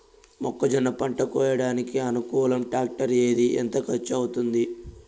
మొక్కజొన్న పంట కోయడానికి అనుకూలం టాక్టర్ ఏది? ఎంత ఖర్చు అవుతుంది?